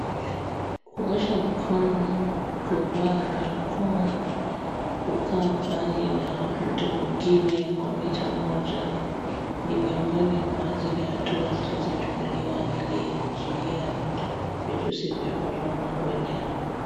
Kuosha mkono, kuvaa barakoa, kukaa mbali na mtu mwingine kwa mita moja ni miongoni mwa zile hatua zilizochukuliwa ili kuzuia virusi vya corona kuenea.